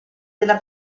della